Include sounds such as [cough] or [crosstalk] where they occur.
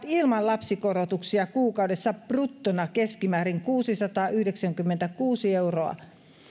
[unintelligible] ilman lapsikorotuksia kuukaudessa bruttona keskimäärin kuusisataayhdeksänkymmentäkuusi euroa